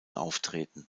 auftreten